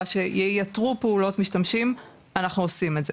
שייתרו פעולות משתמשים אנחנו עושים את זה.